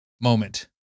moment